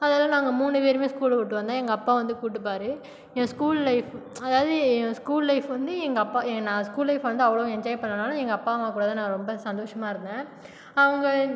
அதால நாங்கள் மூணு பேரும் ஸ்கூல் விட்டு வந்தால் எங்கள் அப்பா வந்து கூப்பிட்டுப்பாரு என் ஸ்கூல் லைஃப் அதாவது என் ஸ்கூல் லைஃப் வந்து எங்கள் அப்பா எ நான் ஸ்கூல் லைஃப்பை வந்து அவ்வளோவா என்ஜாய் பண்ணலனாலும் எங்கள் அப்பா அம்மா கூட தான் நான் ரொம்ப சந்தோஷமாக இருந்தேன் அவங்க